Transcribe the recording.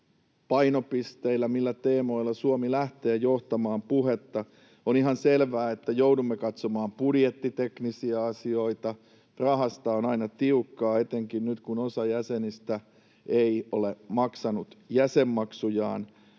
painopisteillä, millä teemoilla Suomi lähtee johtamaan puhetta. On ihan selvää, että joudumme katsomaan budjettiteknisiä asioita. Rahasta on aina tiukkaa, etenkin nyt, kun osa jäsenistä ei ole maksanut jäsenmaksujaan.